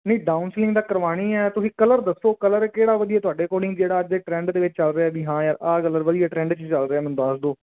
ਨਹੀਂ down ceiling ਤਾਂ ਕਰਵਾਉਣੀ ਹੈ ਤੁਸੀਂ ਕਲਰ ਦੱਸੋ ਕਲਰ ਕਿਹੜਾ ਵਧੀਆ ਤੁਹਾਡੇ ਅਕੋਰਡਿੰਗ ਜਿਹੜਾ ਅੱਜ ਦੇ ਟਰੈਂਡ ਦੇ ਵਿੱਚ ਚੱਲ ਰਿਹਾ ਵੀ ਹਾਂ ਯਾਰ ਇਹ ਕਲਰ ਵਧੀਆ ਟਰੈਂਡ 'ਚ ਚੱਲ ਰਿਹਾ ਮੈਨੂੰ ਦੱਸ ਦਿਓ